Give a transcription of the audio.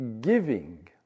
giving